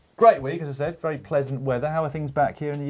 great week, as i said, very pleasant weather, how are things back here and